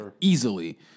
easily